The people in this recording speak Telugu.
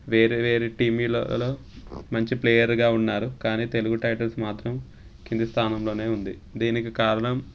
వేరే వేరే టీములలో మంచి ప్లేయర్గా ఉన్నారు కానీ తెలుగు టైటన్స్ మాత్రం కింది స్థానంలోనే ఉంది దీనికి కారణం